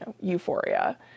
euphoria